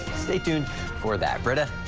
stay tuned for that. britta?